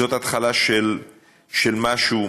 זאת התחלה של משהו מצוין.